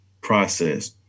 process